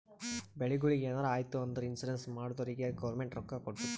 ಬೆಳಿಗೊಳಿಗ್ ಎನಾರೇ ಆಯ್ತು ಅಂದುರ್ ಇನ್ಸೂರೆನ್ಸ್ ಮಾಡ್ದೊರಿಗ್ ಗೌರ್ಮೆಂಟ್ ರೊಕ್ಕಾ ಕೊಡ್ತುದ್